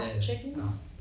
chickens